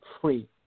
free